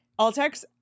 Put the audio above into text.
Altex